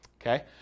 okay